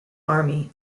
army